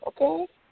Okay